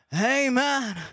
amen